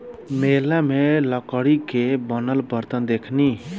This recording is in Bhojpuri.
मेला में लकड़ी के बनल बरतन देखनी